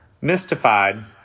mystified